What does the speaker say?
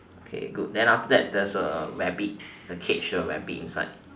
okay good then after that there's a rabbit it's a cage with a rabbit inside